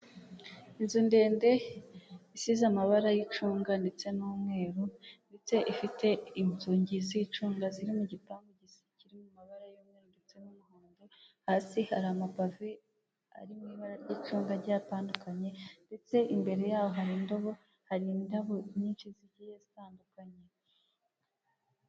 Inzu ndende isize amabara y'icunga ndetse n'umweru ndetse ifite inzugi z'icunga ziri mu gipangu cyiza kiri mu mabara y'umweru ndetse n'umuhondo, hasi hari amapave ari mu ibara ry'icunga agiye atandukanye, ndetse imbere yaho hari indobo, hari indabo nyishi zigiye zitandukanye.